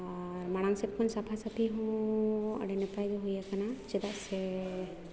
ᱟᱨ ᱢᱟᱲᱟᱝ ᱥᱮᱫ ᱠᱷᱚᱱ ᱥᱟᱯᱷᱟ ᱥᱟᱯᱷᱤ ᱦᱚᱸ ᱟᱹᱰᱤ ᱱᱟᱯᱟᱭᱜᱮ ᱦᱩᱭ ᱟᱠᱟᱱᱟ ᱪᱮᱫᱟᱜ ᱥᱮ